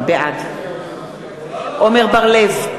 בעד עמר בר-לב,